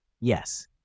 yes